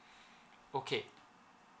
okay